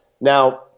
Now